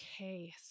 Okay